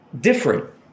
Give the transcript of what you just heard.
different